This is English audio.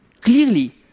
Clearly